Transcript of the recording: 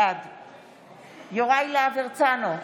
בעד יוראי להב הרצנו,